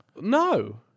No